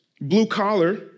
blue-collar